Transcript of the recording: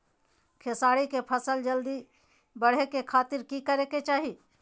खेसारी के फसल जल्दी बड़े के खातिर की करे के चाही?